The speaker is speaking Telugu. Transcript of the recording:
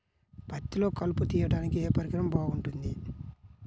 పత్తిలో కలుపు తీయడానికి ఏ పరికరం బాగుంటుంది?